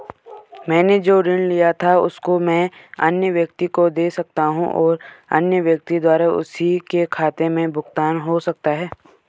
मैंने जो ऋण लिया था उसको मैं अन्य व्यक्ति को दें सकता हूँ और अन्य व्यक्ति द्वारा उसी के खाते से भुगतान हो सकता है?